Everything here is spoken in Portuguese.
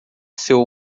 seu